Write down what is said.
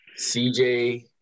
CJ